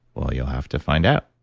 well, you'll have to find out.